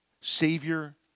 Savior